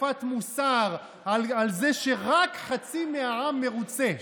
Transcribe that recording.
הטפת מוסר על זה שרק חצי מהעם מרוצה.